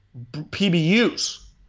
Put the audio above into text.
PBUs